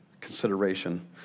consideration